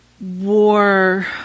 war